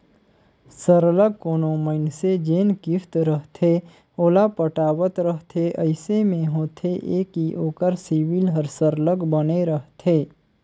सरलग कोनो मइनसे जेन किस्त रहथे ओला पटावत रहथे अइसे में होथे ए कि ओकर सिविल हर सरलग बने रहथे